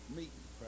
meeting